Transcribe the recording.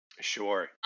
sure